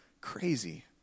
crazy